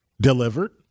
delivered